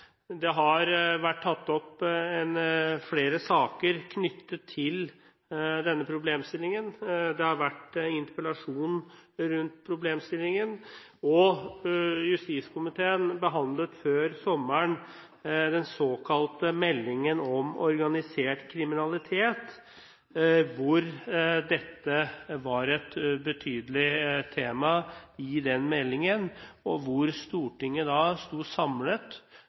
Det har vært en interpellasjon om problemstillingen, og justiskomiteen behandlet før sommeren meldingen om organisert kriminalitet, hvor dette var et betydelig tema, og hvor Stortinget da sto samlet